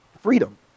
Freedom